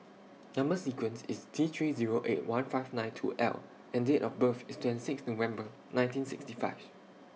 Number sequence IS T three Zero eight one five nine two L and Date of birth IS twenty six November nineteen sixty five